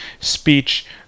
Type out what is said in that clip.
speech